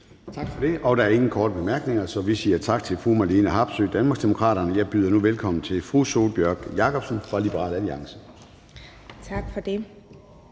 Tak for det. Der er ingen korte bemærkninger, så vi siger tak til fru Marlene Harpsøe, Danmarksdemokraterne. Jeg byder nu velkommen til fru Sólbjørg Jakobsen fra Liberal Alliance. Kl.